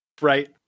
Right